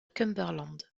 cumberland